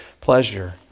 pleasure